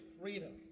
freedom